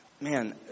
man